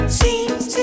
seems